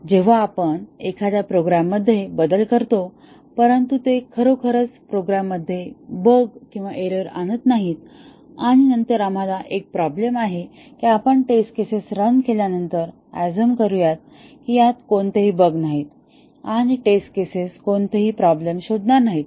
जेव्हा आपण एखाद्या प्रोग्रॅमात बदल करतो परंतु ते खरोखरच प्रोग्राममध्ये बगआणत नाही आणि नंतर आम्हाला एक प्रॉब्लेम आहे कि आपण टेस्ट केसेस रन केल्या नंतर ऑझूम करू यात कोणतेही बग नाहीत आणि टेस्ट केसेस कोणतीही प्रॉब्लेम शोधणार नाहीत